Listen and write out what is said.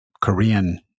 Korean